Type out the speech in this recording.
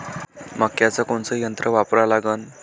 मक्याचं कोनचं यंत्र वापरा लागन?